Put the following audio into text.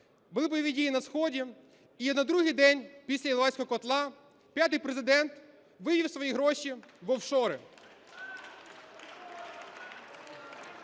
були бойові дії на сході, і на другий день після "Іловайського котла" п'ятий Президент вивів свої гроші в офшори.